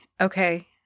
okay